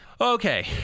Okay